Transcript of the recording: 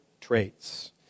traits